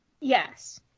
Yes